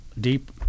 deep